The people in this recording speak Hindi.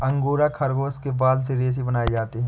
अंगोरा खरगोश के बाल से रेशे बनाए जाते हैं